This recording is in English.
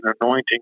anointing